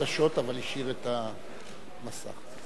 באיזושהי אזהרה.